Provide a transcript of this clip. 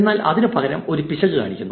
എന്നാൽ അതിനു പകരം ഒരു പിശക് കാണിക്കുന്നു